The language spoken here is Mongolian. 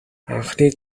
анхны